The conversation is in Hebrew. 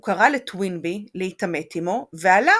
הוא קרא לטוינבי להתעמת עמו, והלה